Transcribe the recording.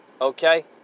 okay